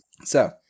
so-